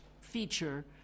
feature